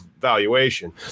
valuation